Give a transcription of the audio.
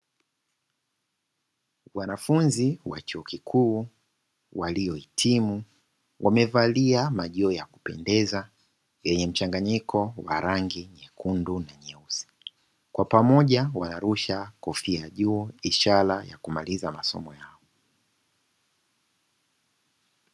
Wanafunzi wa chuo kikuu waliohitimu wamevalia majoho ya kupendeza yenye mchanganyiko wa rangi nyekundu na nyeusi, kwa pamoja wanarusha kofia juu ishara ya kumaliza masomo yao.